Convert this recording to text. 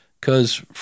cause